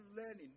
learning